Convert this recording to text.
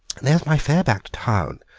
there's my fare back to town,